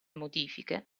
modifiche